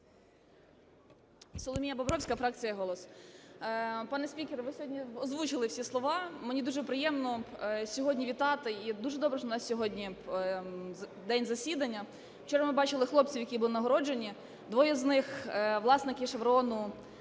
Соломія Бобровська, фракція "Голос". Пане спікер, ви сьогодні озвучили всі слова. Мені дуже приємно сьогодні вітати і дуже добре, що у нас сьогодні день засідання. Вчора ми бачили хлопців, які були нагородженні. Двоє з них власники шеврону,